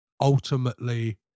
ultimately